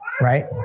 right